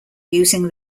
using